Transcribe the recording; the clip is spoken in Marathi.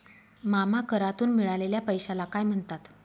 मामा करातून मिळालेल्या पैशाला काय म्हणतात?